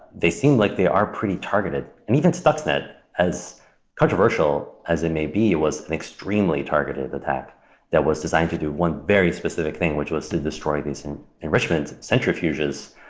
they seem like they are pretty targeted, and even stuxnet, as controversial as it may be, it was an extremely targeted attack that was designed to do one very specific thing, which was to destroy these enrichment centrifuges.